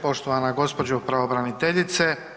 Poštovana gospođo pravobraniteljice.